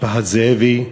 משפחת זאבי,